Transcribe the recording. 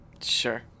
Sure